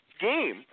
game